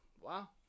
wow